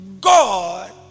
God